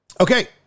okay